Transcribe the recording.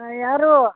ಹಾಂ ಯಾರು